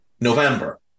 November